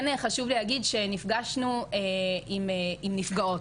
כן חשוב לי להגיד שנפגשנו עם נפגעות,